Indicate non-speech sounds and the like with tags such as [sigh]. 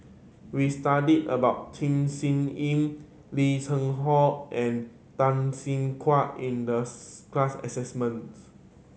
we studied about Tham Sien Yen Lim Cheng Hoe and Tan Siah Kwee in the [unintelligible] class assignment